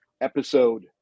episode